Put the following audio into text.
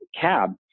cab